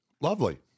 Lovely